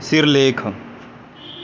ਸਿਰਲੇਖ